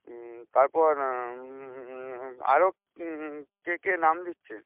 হুম তারপর আরও কে কে নাম দিচ্ছে